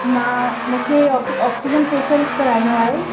मां मूंखे oxygen facial कराइणो आहे